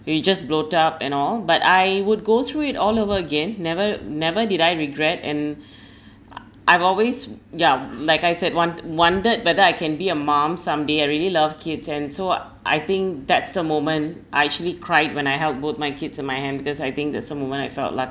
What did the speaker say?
you just bloat up and all but I would go through it all over again never never did I regret and I've always yeah like I said wond~ wondered whether I can be a mom someday I really love kids and so I think that's the moment I actually cried when I held both my kids in my hand because I think that's the moment I felt luckiest